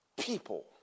People